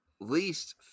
least